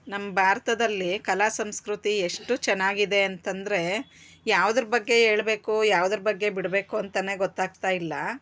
ನಮ್ಮ ಭಾರತದಲ್ಲಿ ಕಲಾ ಸಂಸ್ಕೃತಿ ಎಷ್ಟು ಚೆನ್ನಾಗಿದೆ ಅಂತಂದರೆ ಯಾವುದ್ರ ಬಗ್ಗೆ ಹೇಳ್ಬೇಕು ಯಾವುದ್ರ ಬಗ್ಗೆ ಬಿಡಬೇಕು ಅಂತ ಗೊತ್ತಾಗ್ತಾ ಇಲ್ಲ